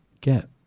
get